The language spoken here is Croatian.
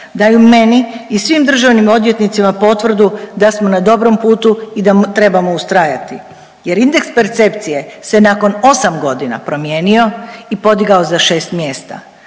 daju meni i svim državnim odvjetnicima potvrdu da smo na dobrom putu i da trebamo ustrajati jer indeks percepcije se nakon 8.g. promijenio i podigao za 6 mjesta,